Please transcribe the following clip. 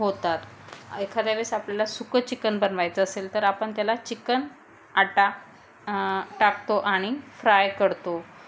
होतात एखाद्या वेळेस आपल्याला सुकं चिकन बनवायचं असेल तर आपण त्याला चिकन आटा टाकतो आणि फ्राय करतो